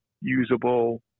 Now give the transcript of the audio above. usable